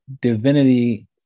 divinity